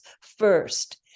first